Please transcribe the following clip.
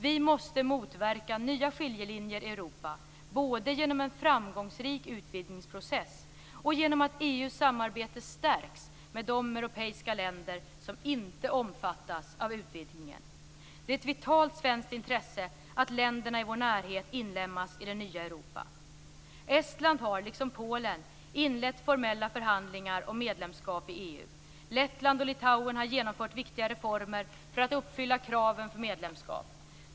Vi måste motverka nya skiljelinjer i Europa både genom en framgångsrik utvidgningsprocess och genom att EU:s samarbete stärks med de europeiska länder som inte omfattas av utvidgningen. Det är ett vitalt svenskt intresse att länderna i vår närhet inlemmas i det nya Europa. Estland har, liksom Polen, inlett formella förhandlingar om medlemskap i EU. Lettland och Litauen har genomfört viktiga reformer för att uppfylla kraven för medlemskap.